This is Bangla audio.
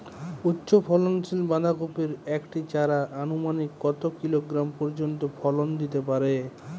উচ্চ ফলনশীল বাঁধাকপির একটি চারা আনুমানিক কত কিলোগ্রাম পর্যন্ত ফলন দিতে পারে?